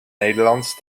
nederlands